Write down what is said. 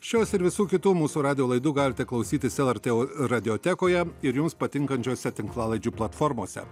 šios ir visų kitų mūsų radijo laidų galite klausytis lrt o radiotekoje ir jums patinkančiose tinklalaidžių platformose